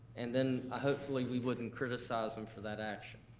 and then ah hopefully we wouldn't criticize them for that action.